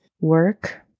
work